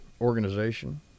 organization